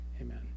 Amen